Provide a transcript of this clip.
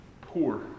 poor